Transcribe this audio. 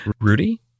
Rudy